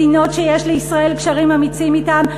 מדינות שיש לישראל קשרים אמיצים אתן,